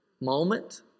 moment